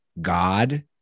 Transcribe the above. god